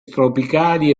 tropicali